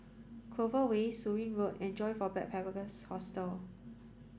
Clover Way Surin Road and Joyfor Backpackers' Hostel